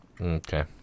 Okay